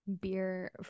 beer